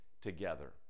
together